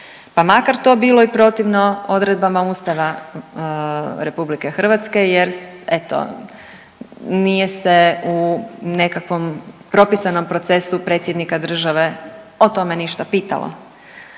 pa makar to bilo i protivno odredbama Ustava RH jer eto nije se u nekakvom propisanom procesu predsjednika države o tome ništa pitalo.